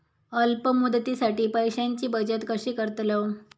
अल्प मुदतीसाठी पैशांची बचत कशी करतलव?